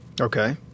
Okay